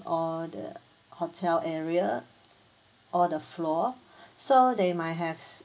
all the hotel area all the floor so they might have